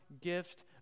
gift